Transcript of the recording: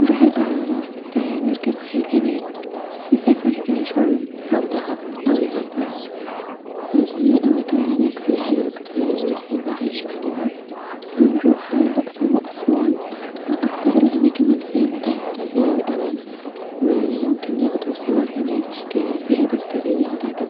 نروح الاهرامات نركب خيل هناك-نسافر شرم اوهب او الغردقه في اماكن هناك سياحيه كتير حلوه هيشفوها-ونروح لقصر واسوان-من اكتر الاماكن الي فيها متاحف كتير اوي-وممكن ياخدو صور هناك فيها تذاكريه هتعجبهم